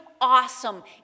awesome